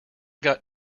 got